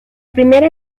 primera